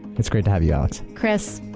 it's great to have you, alex. chris,